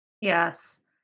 Yes